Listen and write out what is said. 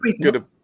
good